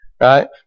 Right